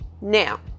Now